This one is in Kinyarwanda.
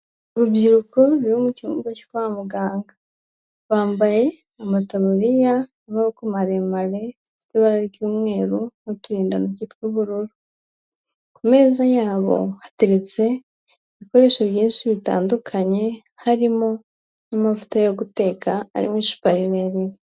Urubyiruko ruri mu cyumba cyo kwa muganga. Bambaye amataburiya maremare y'ibara ry'umweru n'uturindantoki tw'ubururu. Ku meza yabo hateretse ibikoresho byinshi bitandukanye harimo n'amavuta yo guteka ari mu icupa rirerire.